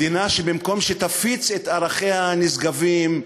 מדינה שבמקום שתפיץ את ערכיה הנשגבים,